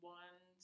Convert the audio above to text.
one